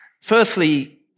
Firstly